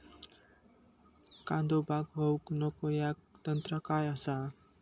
कांदो बाद होऊक नको ह्याका तंत्र काय असा?